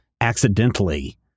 accidentally